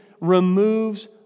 removes